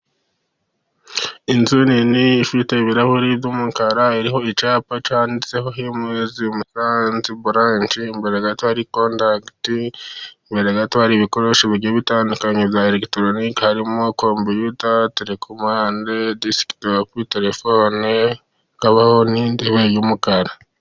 Inzu nini ifite ibirahuri by'umukara, iriho icyapa cyanditseho Himagisi Musanze Buranshi. Imbere gato, hari kontakiti, imbere gato hari ibikoresho bigiye butandukanye bya elekitoronike: harimo kompiyuta, telekomande, desikitopu, telefone, hakabaho n'intebe y'umukara.